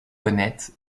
honnêtes